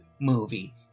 movie